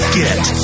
get